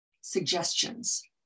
suggestions